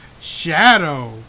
Shadow